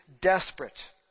desperate